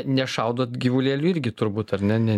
nešaudot gyvulėlių irgi turbūt ar ne ne